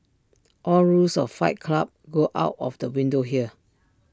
all rules of fight club go out of the window here